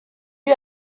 élu